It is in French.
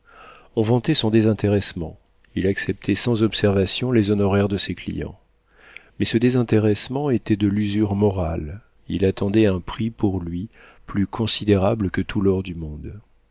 on vantait son désintéressement il acceptait sans observations les honoraires de ses clients mais ce désintéressement était de l'usure morale il attendait un prix pour lui plus considérable que tout l'or du monde